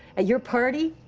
at your party?